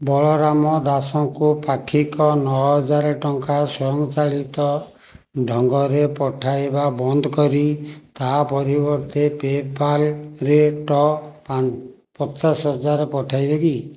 ବଳରାମ ଦାସଙ୍କୁ ପାକ୍ଷିକ ନଅହଜାର ଟଙ୍କା ସ୍ୱୟଂଚାଳିତ ଢଙ୍ଗରେ ପଠାଇବା ବନ୍ଦକରି ତା' ପରିବର୍ତ୍ତେ ପେପାଲ୍ ରେ ଟ ପାଞ୍ଚ ପଚାଶହଜାର ପଠାଇବେ କି